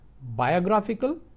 biographical